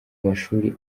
mashuri